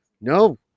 No